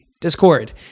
Discord